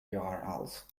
urls